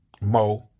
Mo